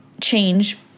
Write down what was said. change